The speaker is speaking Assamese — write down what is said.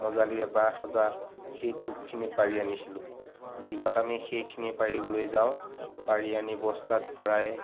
মজালিয়ে বাঁহ সজা সেই টোপখিনি পাৰি আনিছিলোঁ দিনত আমি সেইখিনি পাৰিবলৈ যাওঁ পাৰি আনি বস্তাত ভৰাই